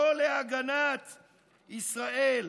לא להגנת ישראל,